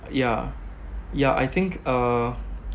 ya yeah I think uh